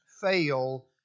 fail